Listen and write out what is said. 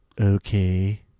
Okay